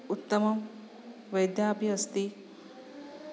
उत्तमा वैद्या अपि अस्ति